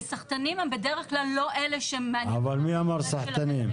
כי סחטנים הם בדרך כלל לא אלה --- אבל מי אמר סחטנים?